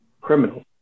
criminals